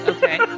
Okay